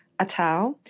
Atau